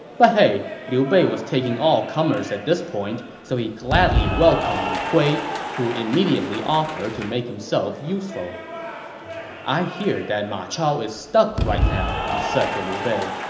but hey, liu bei was taking all comers at this point, so he gladly welcomed li hui, who immediately offered to make himself useful i hear that ma chao is stuck right now, he said to liu bei.